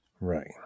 Right